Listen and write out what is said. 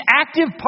active